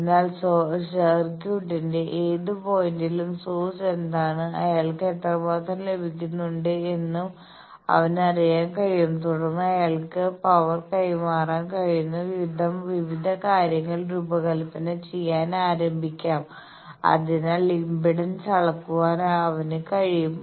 അതിനാൽ സർക്യൂട്ടിന്റെ ഏത് പോയിന്റിലും സോഴ്സ് എന്താണ്അയാൾക്ക് എത്രമാത്രം ലഭിക്കുന്നുണ്ടെന്ന് അവന് അറിയാൻ കഴിയും തുടർന്ന് അയാൾക്ക് പവർ കൈമാറാൻ കഴിയുന്ന വിവിധ കാര്യങ്ങൾ രൂപകൽപ്പന ചെയ്യാൻ ആരംഭിക്കാം അതിനാൽ ഇംപെഡൻസ് അളക്കുവാൻ അവന് കഴിയും